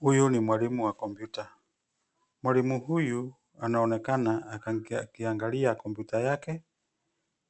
Huyu ni mwalimu wa kompyuta. Mwalimu huyu anaonekana akiangalia kompyuta yake